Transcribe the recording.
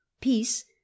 Peace